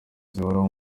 zihoraho